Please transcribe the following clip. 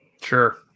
sure